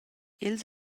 els